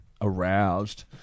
aroused